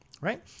right